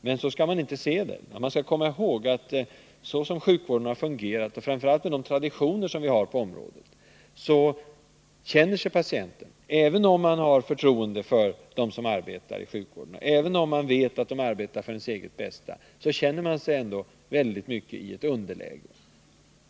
Men så skall man inte Tisdagen den se det, utan man skall komma ihåg att så som sjukvården har fungerat, och 18 december 1979 framför allt med de traditioner vi har på området, känner sig patienten, även om han har förtroende för dem som arbetar i sjukvården och även om han vet att de arbetar för hans eget bästa, ändå i kraftigt underläge.